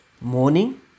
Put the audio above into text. morning